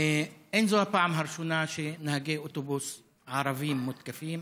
זו לא הפעם הראשונה שנהגי אוטובוס ערבים מותקפים.